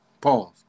pause